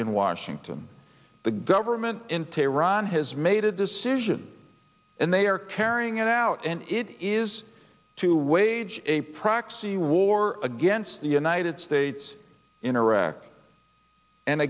in washington the government in tehran has made a decision and they are carrying it out and it is to wage a proxy war against the united states in iraq and